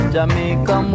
Jamaica